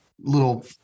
little